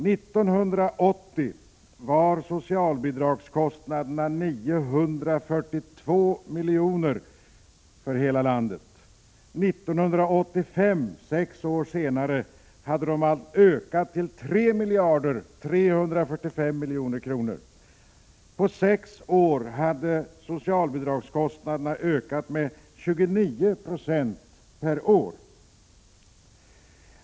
1980 var socialbidragskostnaderna 942 milj.kr. för hela landet. 1985, dvs. sex år senare, hade de ökat till 3 345 milj.kr. På sex år hade socialbidragskostnaderna ökat med 29 96 per år.